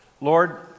Lord